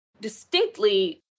distinctly